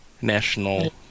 national